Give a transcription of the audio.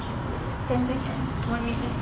ten second one minute